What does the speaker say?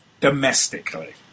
domestically